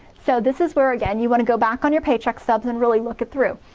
so this is where again, you wanna go back on your paycheck stubs and really look it through.